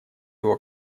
его